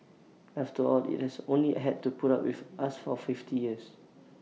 after all IT has only had to put up with us for fifty years